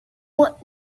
what